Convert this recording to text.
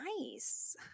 nice